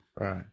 right